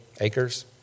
acres